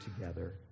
together